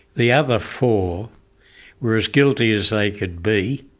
the other four were as guilty as they could be,